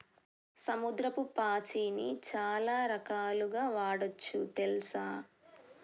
సముద్రపు పాచిని చాలా రకాలుగ వాడొచ్చు తెల్సా